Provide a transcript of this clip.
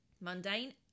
mundane